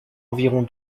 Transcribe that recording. environ